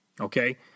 okay